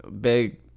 big